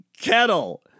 kettle